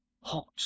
hot